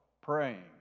praying